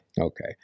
Okay